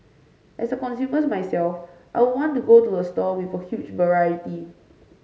as a consumer myself I would want to go to a store with a huge variety